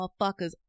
motherfuckers